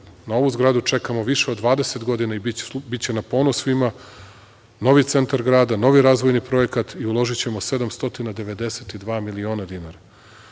na ovu zgradu čekamo više od 20 godina i biće na ponos svima, novi centar grada, novi razvojni projekat i uložićemo 792 miliona dinara. Biće